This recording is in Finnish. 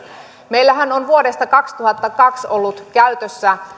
meillähän on vuodesta kaksituhattakaksi ollut käytössä